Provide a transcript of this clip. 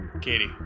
Katie